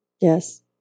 Yes